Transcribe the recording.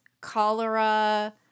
cholera